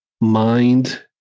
mind